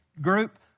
group